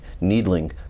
needling